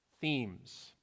themes